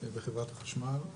ובחברת החשמל.